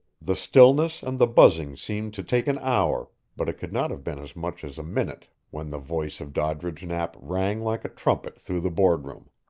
the stillness and the buzzing seemed to take an hour, but it could not have been as much as a minute when the voice of doddridge knapp rang like a trumpet through the boardroom.